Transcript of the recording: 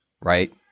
right